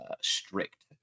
strict